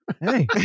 Hey